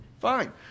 Fine